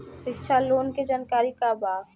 शिक्षा लोन के जानकारी का बा?